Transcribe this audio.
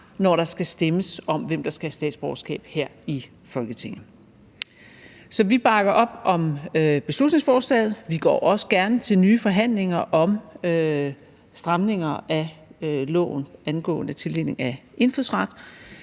når der skal stemmes om, hvem der skal have statsborgerskab, her i Folketinget. Så vi bakker op om beslutningsforslaget, og vi går også gerne til nye forhandlinger om stramninger af loven angående tildeling af indfødsret,